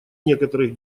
некоторых